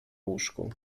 łóżku